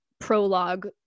prologue